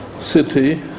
city